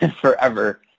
forever